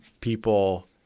people